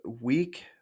week